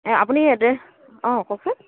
আপুনি এড্ৰেছ অঁ কওকচোন